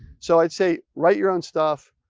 so i'd say, write your own stuff,